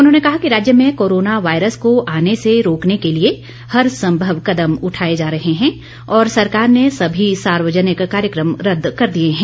उन्होंने कहा कि राज्य में कोरोना वायरस को आने से रोकने के लिए हर संभव कदम उठाए जा रहे हैं और सरकार ने सभी सार्वजनिक कार्यक्रम रद्द कर दिए हैं